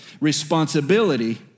Responsibility